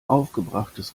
aufgebrachtes